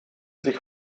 sich